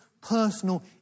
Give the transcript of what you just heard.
personal